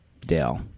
Dale